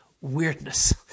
weirdness